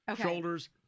Shoulders